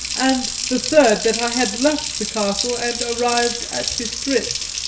and the third that i had left the castle and arrived at bistritz.